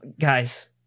guys